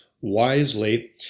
wisely